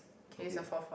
okay